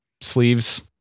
sleeves